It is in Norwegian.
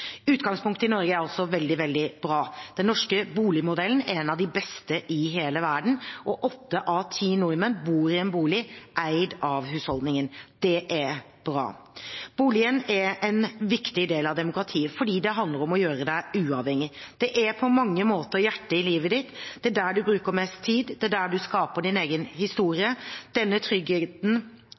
Utgangspunktet i Norge er også veldig bra. Den norske boligmodellen er en av de beste i hele verden, og åtte av ti nordmenn bor i en bolig eid av husholdningen. Det er bra. Boligen er en viktig del av demokratiet fordi det handler om å gjøre deg uavhengig. Det er på mange måter hjertet i livet ditt, det er der du bruker mest tid, og det er der du skaper din egen historie. Denne tryggheten